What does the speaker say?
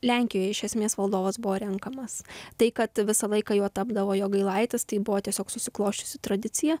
lenkijoje iš esmės valdovas buvo renkamas tai kad visą laiką juo tapdavo jogailaitis tai buvo tiesiog susiklosčiusi tradicija